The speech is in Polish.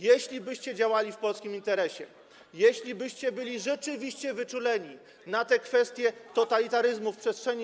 Jeślibyście działali w polskim interesie, jeślibyście byli rzeczywiście wyczuleni na te kwestie totalitaryzmu w przestrzeni.